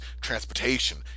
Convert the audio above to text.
transportation